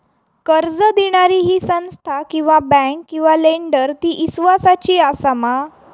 कर्ज दिणारी ही संस्था किवा बँक किवा लेंडर ती इस्वासाची आसा मा?